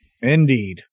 Indeed